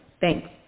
Thanks